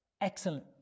Excellent